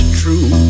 true